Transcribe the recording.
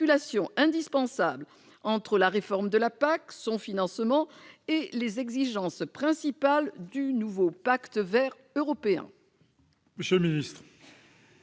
la réforme de la PAC, son financement et les exigences principales du nouveau pacte vert européen